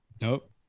Nope